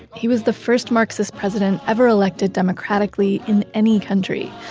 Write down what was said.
he was the first marxist president ever elected democratically in any country.